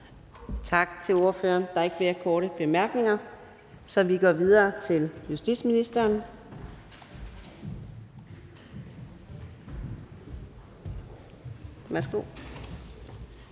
Tak til ordføreren. Der er ikke flere korte bemærkninger, så vi går videre til justitsministeren. Værsgo.